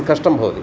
कष्टं भवति